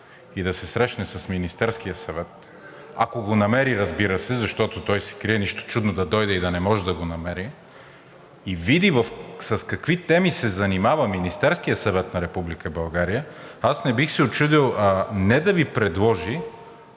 и да се срещне с Министерския съвет – ако го намери, разбира се, защото той се крие – нищо чудно да дойде и да не може да го намери, и види с какви теми се занимава Министерският съвет на Република България, аз не бих се учудил не да Ви поиска,